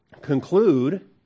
conclude